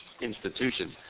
institutions